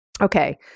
Okay